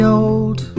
old